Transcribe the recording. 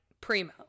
primo